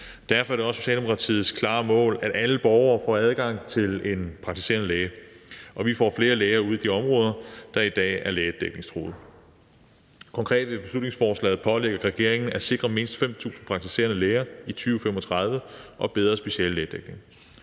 Derfor er det også Socialdemokratiets klare mål, at alle borgere får adgang til en praktiserende læge, og at vi får flere læger ude i de områder, der i dag er lægedækningstruede. Konkret pålægges regeringen i beslutningsforslaget at sikre mindst 5.000 praktiserende læger i 2035 og en bedre speciallægedækning.